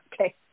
okay